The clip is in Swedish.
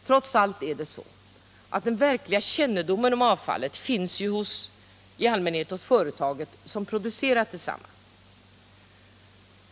Trots allt är det så, att den verkliga kännedomen om avfallet i allmänhet finns hos det företag som producerat detsamma.